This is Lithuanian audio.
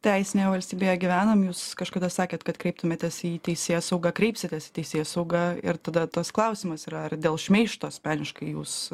teisinėj valstybėje gyvenam jūs kažkada sakėt kad kreiptumėtės į teisėsaugą kreipsitės teisėsaugą ir tada tas klausimas yra ar dėl šmeižto asmeniškai jūs